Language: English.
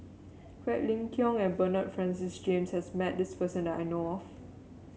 Quek Ling Kiong and Bernard Francis James has met this person that I know of